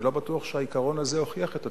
אני לא בטוח שהעיקרון הזה הוכיח את עצמו.